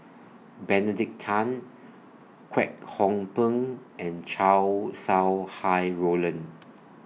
Benedict Tan Kwek Hong Png and Chow Sau Hai Roland